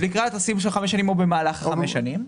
לקראת סיום חמש השנים או במהלך חמש השנים.